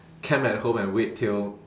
camp at home and wait till